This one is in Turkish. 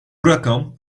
rakam